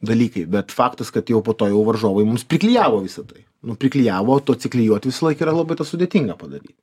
dalykai bet faktas kad jau po to jau varžovai mums priklijavo visa tai nu priklijavo tu atsiklijuot visąlaik yra labai sudėtinga tą padaryt